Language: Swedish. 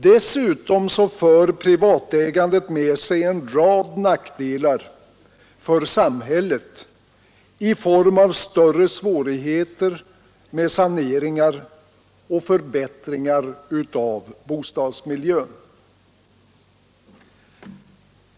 Dessutom för privatägandet med sig en rad nackdelar för samhället i form av större svårigheter med saneringar och förbättringar av bostadsmiljön.